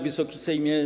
Wysoki Sejmie!